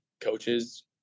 coaches